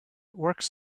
works